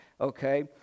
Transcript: Okay